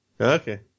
Okay